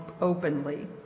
openly